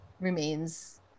remains